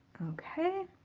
okay.